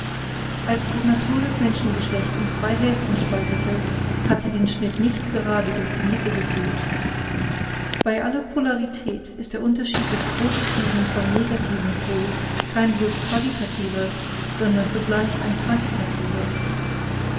als die natur das menschengeschlecht in zwei hälften spaltete hat sie den schnitt nicht gerade durch die mitte geführt bei aller polarität ist der unterschied des positiven vom negativen pol kein bloß qualitativer sondern zugleich ein quantitativer